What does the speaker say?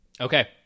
Okay